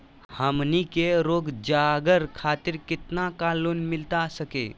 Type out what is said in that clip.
हमनी के रोगजागर खातिर कितना का लोन मिलता सके?